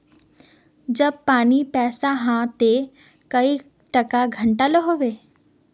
जब पानी पैसा हाँ ते कई टका घंटा लो होबे?